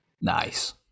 Nice